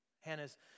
Hannah's